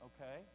Okay